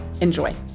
Enjoy